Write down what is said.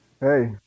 Hey